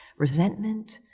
resentment.